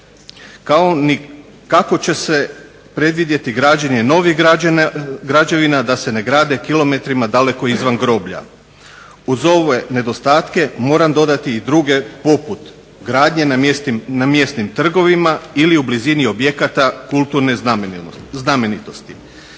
kao ni kako će se predvidjeti građenje novih građevina da se ne grade kilometrima daleko izvan groblja. Uz ove nedostatke moram dodati i druge poput gradnje na mjesnim trgovima ili u blizini objekata kulturne znamenitosti.